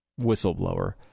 whistleblower